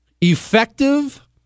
effective